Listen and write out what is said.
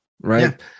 right